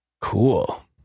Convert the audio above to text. Cool